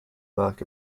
mark